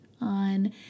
on